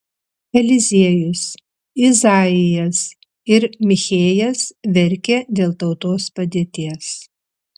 eliziejus izaijas ir michėjas verkė dėl tautos padėties